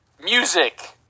music